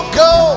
go